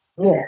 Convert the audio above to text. Yes